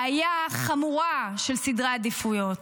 בעיה חמורה של סדרי עדיפויות.